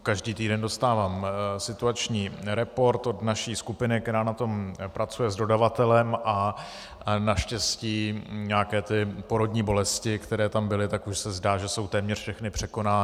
Každý týden dostávám situační report od naší skupiny, která na tom pracuje s dodavatelem, a naštěstí nějaké ty porodní bolesti, které tam byly, tak už se zdá, že jsou téměř všechny překonány.